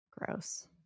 Gross